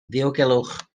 ddiogelwch